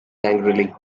angrily